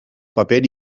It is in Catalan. paper